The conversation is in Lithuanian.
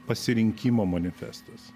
pasirinkimo manifestas